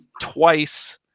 twice